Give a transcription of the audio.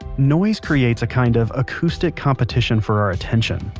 noise creates a kind of acoustic competition for our attention.